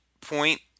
point